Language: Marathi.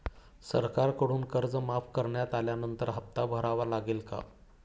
सरकारकडून कर्ज माफ करण्यात आल्यानंतर हप्ता भरावा लागेल का?